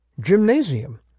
gymnasium